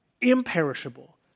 imperishable